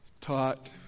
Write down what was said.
taught